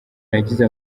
nagize